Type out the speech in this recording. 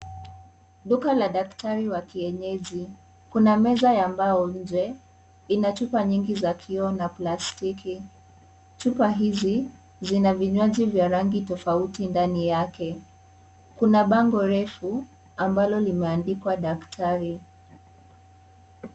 Duka la daktari wa kienyeji, kuna meza ya mbao nje ina chupa nyingi ya kioo na plastiki chupa hizi vina vinywaji vya rangi tofauti ndani yake kuna bango refu ambalo limeandikwa daktari.